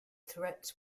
threats